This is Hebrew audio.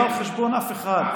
זה לא על חשבון אף אחד.